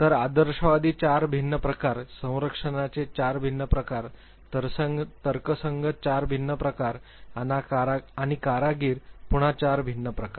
तर आदर्शवादी 4 भिन्न प्रकार संरक्षकांचे 4 भिन्न प्रकार तर्कसंगत 4 भिन्न प्रकार आणि कारागीर पुन्हा 4 फरक प्रकार